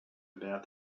about